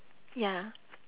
ya